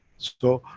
so,